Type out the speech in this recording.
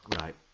Right